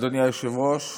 אדוני היושב-ראש,